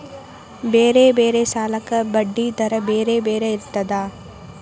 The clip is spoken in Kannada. ಬೇರೆ ಬೇರೆ ಸಾಲಕ್ಕ ಬಡ್ಡಿ ದರಾ ಬೇರೆ ಬೇರೆ ಇರ್ತದಾ?